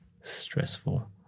stressful